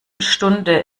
stunde